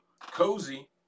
Cozy